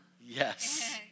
Yes